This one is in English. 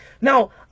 Now